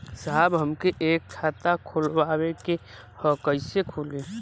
साहब हमके एक खाता खोलवावे के ह कईसे खुली?